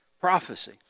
Prophecy